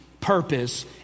purpose